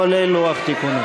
כולל לוח תיקונים.